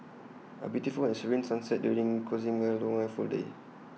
A beautiful and serene sunset during closing A long and full day